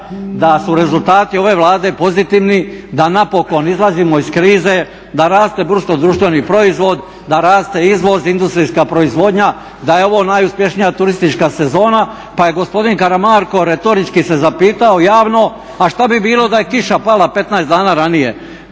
da su rezultati ove Vlade pozitivni, da napokon izlazimo iz krize, da raste BDP, da raste izvoz, industrijska proizvodnja, da je ovo najuspješnija turistička sezona pa je gospodin Karamarko retorički se zapitao javno a što bi bilo da je kiša pala 15 dana ranije?